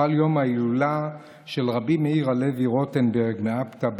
חל יום ההילולה של רבי מאיר הלוי רוטנברג מאפטא,